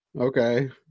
Okay